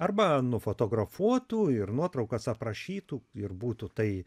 arba nufotografuotų ir nuotraukas aprašytų ir būtų tai